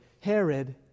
Herod